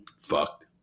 fucked